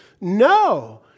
No